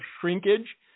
shrinkage